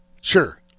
sure